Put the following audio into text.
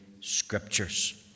Scriptures